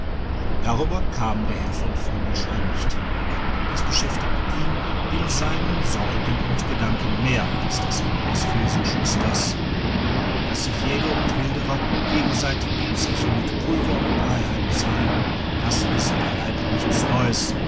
darüber kam der herr von vogelschrey nicht hinweg das beschäftigte ihn in seinen sorgen und gedanken mehr als das ende des filzenschusters daß sich jäger und wilderer gegenseitig die zeche mit pulver und blei heimzahlen das ist beileib nichts neues